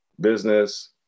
business